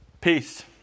Peace